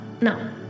no